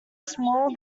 small